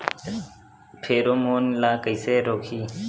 Pheromone ला कइसे रोकही?